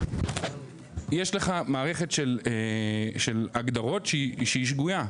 יש לך מערכת של הגדרות שהיא שגויה,